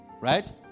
Right